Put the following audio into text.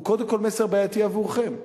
הוא קודם כול מסר בעייתי עבורכם,